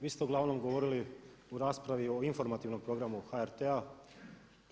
Vi se uglavnom govorili u raspravi o informativnom programu HRT-a.